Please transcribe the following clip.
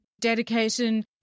dedication